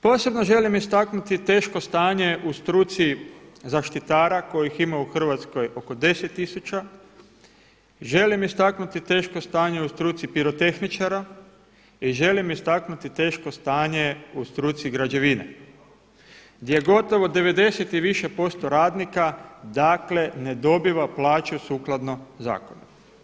Posebno želim istaknuti teško stanje u struci zaštitara kojih ima u Hrvatskoj oko 10 tisuća, želim istaknuti teško stanje u struci pirotehničara i želim istaknuti teško stanje u struci građevine, gdje gotovo 90 i više posto radnika ne dobiva plaću sukladno zakonu.